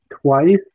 twice